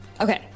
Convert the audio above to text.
Okay